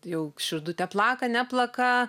jau širdutė plaka neplaka